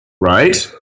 Right